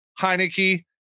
Heineke